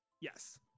yes